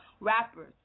rappers